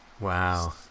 Wow